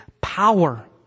power